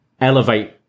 elevate